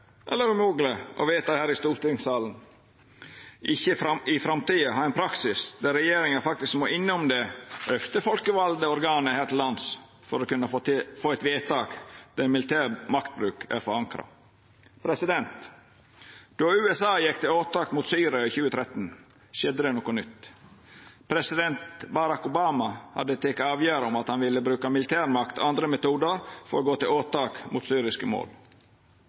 eller umogleg å vedta her i stortingssalen, i framtida ha ein praksis der regjeringa faktisk må innom det øvste folkevalde organet her til lands for å kunna få eit vedtak der militær maktbruk er forankra? Då USA gjekk til åtak mot Syria i 2013, skjedde det noko nytt. President Barack Obama hadde teke avgjerd om at han ville bruka militærmakt og andre metodar for å gå til åtak mot syriske mål.